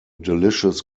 delicious